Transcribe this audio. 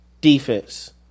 defense